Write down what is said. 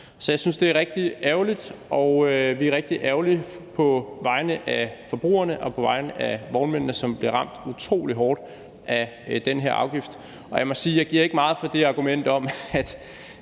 Så jeg synes, det er rigtigt ærgerligt, og vi er rigtig ærgerlige på vegne af forbrugerne og på vegne af vognmændene, som bliver ramt utrolig hårdt af den her afgift. Og jeg må sige, at jeg ikke giver meget for det argument om, at